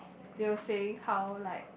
they were saying how like